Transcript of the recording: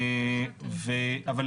אם